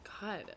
God